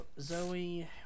Zoe